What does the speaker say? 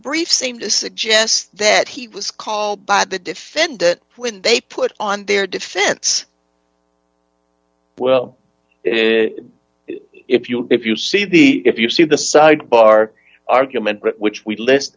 brief seem to suggest that he was called by the defendant when they put on their defense well if you if you see the if you see the sidebar argument which we list